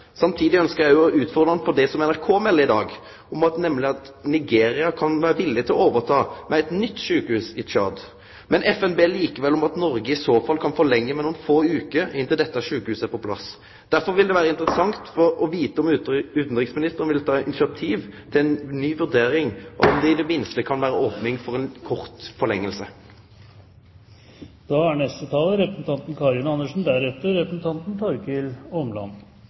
å utfordre han på det som NRK melder i dag, nemlig at Nigeria kan vere villig til å overta med eit nytt sjukehus i Tsjad. Men FN ber likevel om Noreg i så fall kan forlengje med nokre få veker til dette sjukehuset er på plass. Derfor vil det vere interessant å vite om utanriksministeren vil ta initiativ til ei ny vurdering, og om det i det minste kan vere opning for ei kort